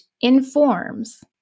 informs